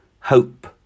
hope